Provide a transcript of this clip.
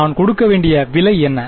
நான் கொடுக்க வேண்டிய விலை என்ன